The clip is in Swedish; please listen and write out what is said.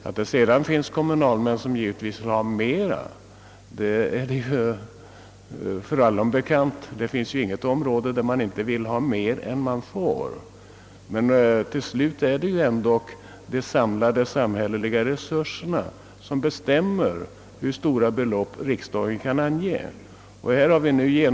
Att det sedan finns kommunalmän som vill ha mera är ju inte konstigt; det händer väl aldrig att det inte finns någon som vill ha mer än han får. Men till slut är det ändå de samlade samhälleliga resurserna som bestämmer hur stora anslag riksdagen kan bevilja.